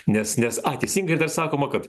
nes nes a teisingai dar sakoma kad